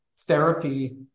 therapy